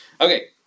Okay